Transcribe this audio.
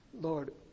Lord